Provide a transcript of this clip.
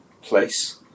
place